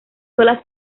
sola